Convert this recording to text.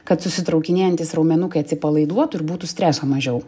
kad susitraukinėjantys raumenukai atsipalaiduotų ir būtų streso mažiau